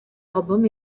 album